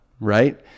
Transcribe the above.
right